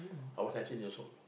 I was nineteen years old